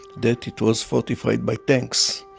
that it was fortified by tanks.